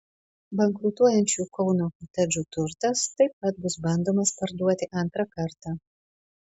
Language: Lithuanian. bankrutuojančių kauno kotedžų turtas taip pat bus bandomas parduoti antrą kartą